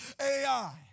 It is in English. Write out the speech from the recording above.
Ai